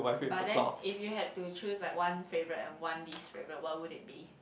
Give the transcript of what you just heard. but then if you had to choose like one favourite and one least favourite what would it be